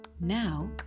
Now